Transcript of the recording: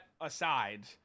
aside